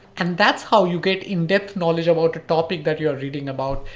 and that's how you get in depth knowledge about a topic that you're reading about.